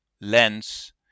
lens